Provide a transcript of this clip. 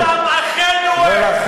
אני מייצג אותם, אחינו הם.